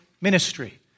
ministry